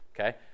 okay